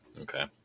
Okay